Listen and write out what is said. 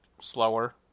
slower